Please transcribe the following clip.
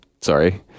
Sorry